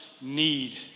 need